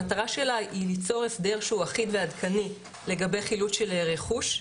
המטרה שלה היא ליצור הסדר שהוא אחיד ועדכני לגבי חילוט של רכוש,